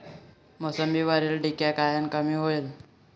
मोसंबीवरील डिक्या कायनं कमी होईल?